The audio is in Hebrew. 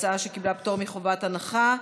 הצעה שקיבלה פטור מחובת הנחה.